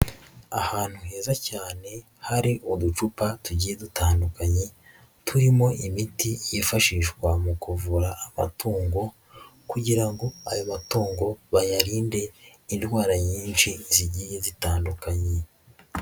Ahantu heza cyane hari uducupa tugiye dutandukanye turimo imiti yifashishwa mu kuvura amatungo kugira ngo ayo matungo bayarinde indwara nyinshi zigiye zitandukanye.